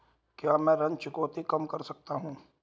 क्या मैं ऋण चुकौती कम कर सकता हूँ?